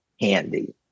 handy